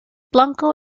blanco